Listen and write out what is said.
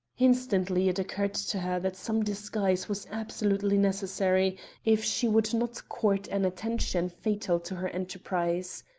instantly it occurred to her that some disguise was absolutely necessary if she would not court an attention fatal to her enterprise.